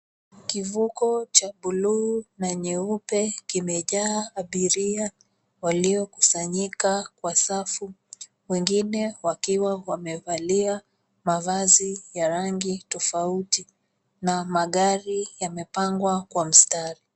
Kivuko cha blue na nyeupe kimejaa abiria waliokusanyika kwa safu wengine wakiwa wamevalia mavazi ya rangi tofauti na magari yamepangwa kwa mstari.